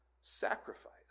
sacrifice